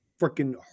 freaking